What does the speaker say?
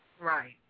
Right